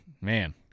man